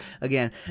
again